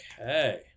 Okay